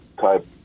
type